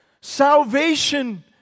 Salvation